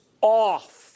off